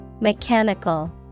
Mechanical